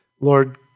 Lord